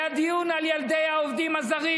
היה דיון על ילדי העובדים הזרים.